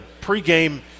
pregame